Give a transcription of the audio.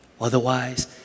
Otherwise